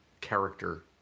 character